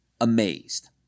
amazed